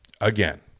again